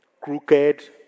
Crooked